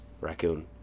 raccoon